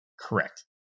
correct